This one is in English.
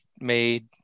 made